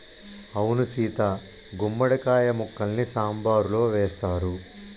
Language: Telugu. అవును సీత గుమ్మడి కాయ ముక్కల్ని సాంబారులో వేస్తారు